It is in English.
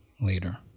Later